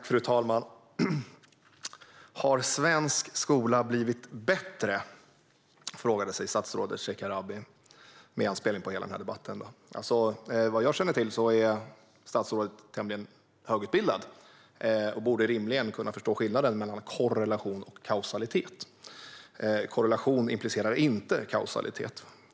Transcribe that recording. Fru talman! Har svensk skola blivit bättre? Det frågade sig statsrådet Shekarabi med anspelning på hela den här debatten. Vad jag känner till är statsrådet tämligen högutbildad och borde rimligen kunna förstå skillnaden mellan korrelation och kausalitet. Korrelation implicerar inte kausalitet.